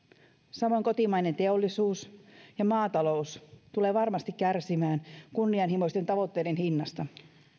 samoin kotimainen teollisuus ja maatalous tulevat varmasti kärsimään kunnianhimoisten tavoitteiden hinnasta